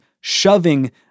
shoving